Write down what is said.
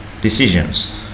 decisions